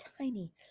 tiny